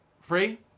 free